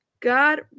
God